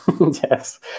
Yes